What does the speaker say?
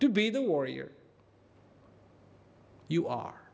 to be the warrior you are